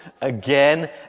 again